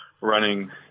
running